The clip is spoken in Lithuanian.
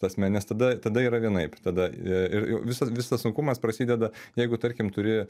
prasme nes tada tada yra vienaip tada ir visas visas sunkumas prasideda jeigu tarkim turi